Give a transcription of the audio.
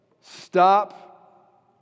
Stop